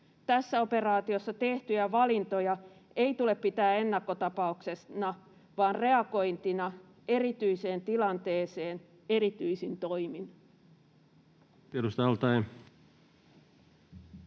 tässä operaatiossa tehtyjä valintoja ei tule pitää ennakkotapauksena vaan reagointina erityiseen tilanteeseen erityisin toimin.